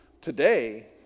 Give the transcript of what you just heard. Today